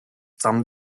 зам